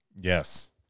Yes